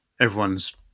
everyone's